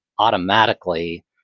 Automatically